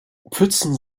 pfützen